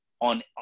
on